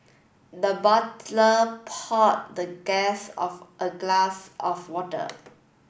the butler poured the guest of a glass of water